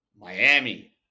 Miami